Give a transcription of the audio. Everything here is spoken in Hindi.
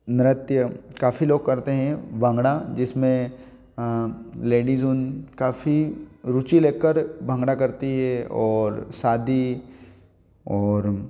नृत्य काफ़ी लोग करते हैं भांगड़ा जिसमें लेडीज उन काफ़ी रुचि लेकर भांगड़ा करती है और शादी और